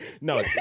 No